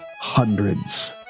hundreds